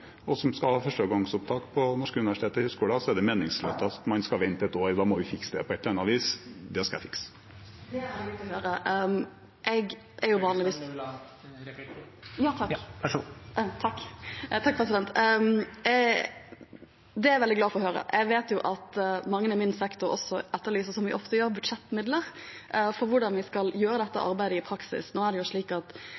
meningsløst at man skal vente et år. Da må vi fikse det på et eller annet vis. Det skal jeg fikse. Sofie Høgestøl – til oppfølgingsspørsmål. Det er jeg veldig glad for å høre. Jeg vet at mange i min sektor etterlyser, som vi ofte gjør, budsjettmidler for hvordan vi skal gjøre dette